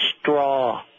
straw